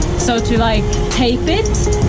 so to like tape it,